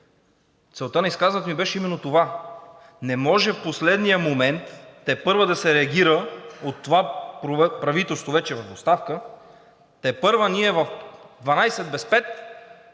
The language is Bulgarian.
Целта на изказването ми беше именно това. Не може в последния момент тепърва да се реагира от това правителство, вече в оставка, тепърва ние в